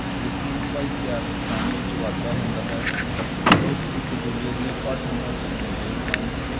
ਜਿਸ ਨਾਲ ਭਾਈਚਾਰਕ ਸਾਂਝ ਵਿੱਚ ਵਾਧਾ ਹੁੰਦਾ ਹੈ ਲੋਕ ਇੱਕ ਦੂਜੇ ਦੀਆਂ ਭਾਸ਼ਾਵਾਂ ਸੁਣਦੇ ਹਨ